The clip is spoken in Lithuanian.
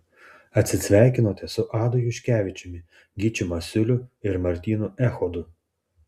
atsisveikinote su adu juškevičiumi gyčiu masiuliu ir martynu echodu